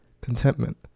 contentment